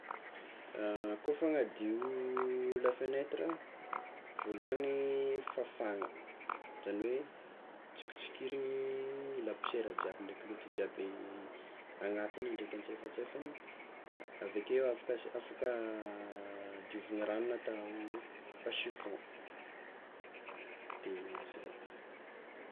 Kôfa hagnadio lafenetra, voalohany fafagna, zany hoe tsokitsokiriny laposiera jiaby ndraiky loto jiaby agnatiny ndraiky antsefatsefany, avekeo afaka as- afaka diovigny ragno na atao passe chiffon de zay.